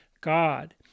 God